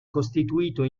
costituito